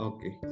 Okay